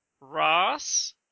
Ross